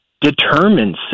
determines